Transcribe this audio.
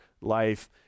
life